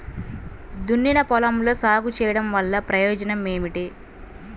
దున్నిన పొలంలో సాగు చేయడం వల్ల ప్రయోజనం ఏమిటి?